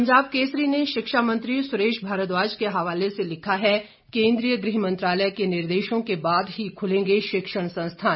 पंजाब केसरी ने शिक्षा मंत्री सुरेश भारद्वाज के हवाले से लिखा है केंद्रीय गृह मंत्रालय के निर्देशों के बाद ही खुलेंगे शिक्षण संस्थान